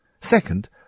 Second